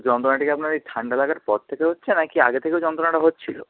যন্ত্রণাটা কি আপনার এই ঠান্ডা লাগার পর থেকে হচ্ছে না কি আগে থেকেও যন্ত্রণাটা হচ্ছিল